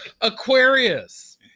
Aquarius